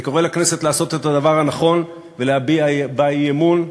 אני קורא לכנסת לעשות את הדבר הנכון ולהביע בה אי-אמון,